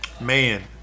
Man